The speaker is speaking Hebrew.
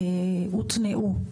שהותנעו,